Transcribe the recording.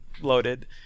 loaded